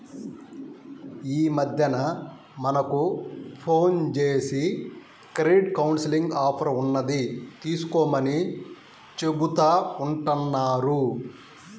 యీ మద్దెన మనకు ఫోన్ జేసి క్రెడిట్ కౌన్సిలింగ్ ఆఫర్ ఉన్నది తీసుకోమని చెబుతా ఉంటన్నారు